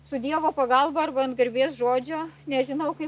su dievo pagalba arba ant garbės žodžio nežinau kaip